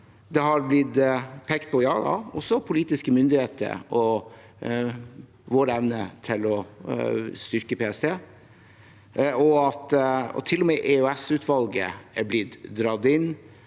Det har blitt pekt på politiske myndigheter og vår evne til å styrke PST. Til og med EOS-utvalget har blitt dratt inn